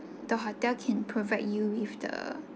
the hotel can provide you with the